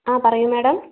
ആ പറയൂ മേഡം